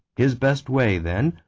his best way, then,